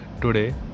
Today